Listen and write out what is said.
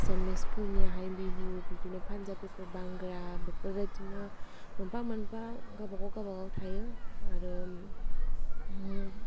एसामिस फोरनियाहाय बिहु बिदिनो पान्जाबिफोर बांग्रा बेफोर बायदिनो मोनफा मोनफा गावबा गाव गावबा गाव थायो आरो